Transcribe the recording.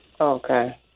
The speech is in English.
Okay